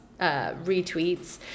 retweets